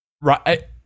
Right